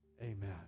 Amen